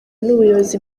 n’ubuyobozi